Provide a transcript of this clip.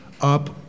up